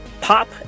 Pop